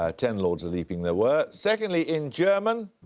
ah ten lords a leaping, there were. secondly in german.